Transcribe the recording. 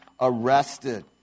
arrested